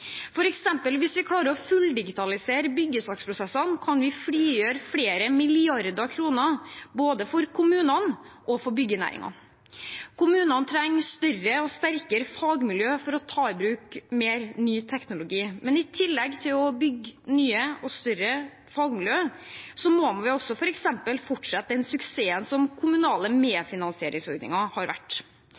av. Hvis vi f.eks. klarer å fulldigitalisere byggesaksprosessene, kan vi frigjøre flere milliarder kroner, både for kommunene og for byggenæringen. Kommunene trenger større og sterkere fagmiljø for å ta ny teknologi mer i bruk, men i tillegg til å bygge nye og større fagmiljø må vi f.eks. fortsette den suksessen som den kommunale medfinansieringsordningen har vært.